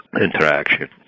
interaction